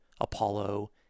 Apollo